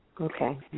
Okay